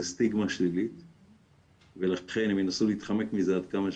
סטיגמה שלילית ולכן הם ינסו להתחמק מזה עד כמה שאפשר.